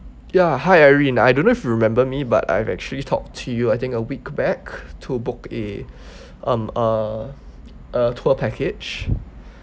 ya hi irene I don't know if you remember me but I've actually talked to you I think a week back to book a um uh a tour package